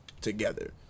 together